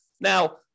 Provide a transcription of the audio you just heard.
Now